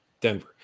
Denver